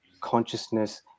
consciousness